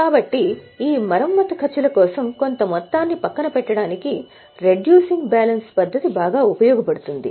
కాబట్టి ఈ మరమ్మత్తు ఖర్చుల కొరకు కొంత మొత్తాన్ని పక్కన పెట్టడానికి రెడ్యూసింగ్ బ్యాలెన్స్ పద్ధతి ఉపయోగపడుతుంది